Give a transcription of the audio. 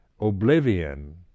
oblivion